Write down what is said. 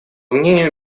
мнению